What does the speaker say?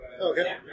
okay